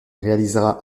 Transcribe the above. réalisera